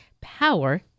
power